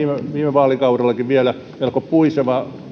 vaalikaudellakin melko puiseva